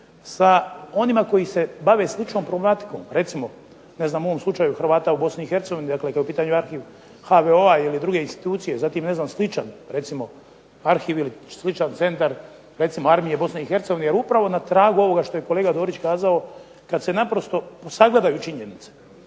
sa onima koji se bave sličnom problematikom. Recimo, ne znam u ovom slučaju Hrvata u Bosni i Hercegovini, dakle kad je u pitanju arhiv HVO-a ili druge institucije. Zatim, ne znam sličan recimo arhiv ili sličan centar recimo armije Bosne i Hercegovine. Jer upravo na tragu ovoga što je kolega Dorić kazao kad se naprosto sagledaju činjenice